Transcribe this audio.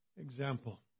example